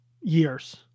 years